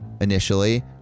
initially